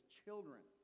children